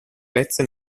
pezze